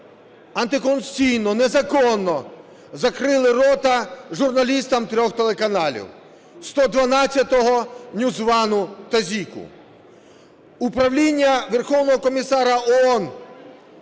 антиконституційно, незаконно закрили рота журналістам трьох телеканалів: 112, NewsOne та Zik. Управління Верховного комісара ООН